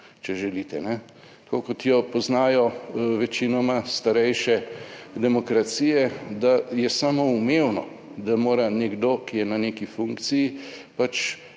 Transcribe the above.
če želite, tako kot jo poznajo večinoma starejše demokracije, da je samoumevno, da mora nekdo, ki je na neki funkciji,